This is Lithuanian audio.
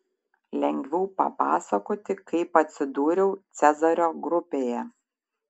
lengviau papasakoti kaip atsidūriau cezario grupėje